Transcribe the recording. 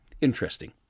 interesting